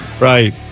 Right